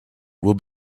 will